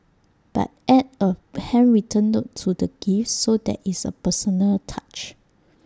but add A handwritten note to the gift so there is A personal touch